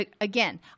again